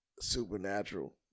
supernatural